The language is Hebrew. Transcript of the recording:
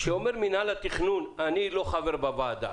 כשאומר מנהל התכנון אני לא חבר בוועדה,